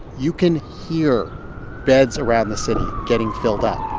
you can hear beds around the city getting filled up